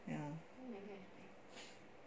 ya